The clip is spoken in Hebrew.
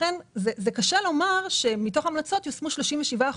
קשה לומר שמתוך ההמלצות יושמו 37 אחוזים.